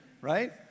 Right